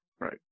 Right